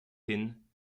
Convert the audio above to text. hin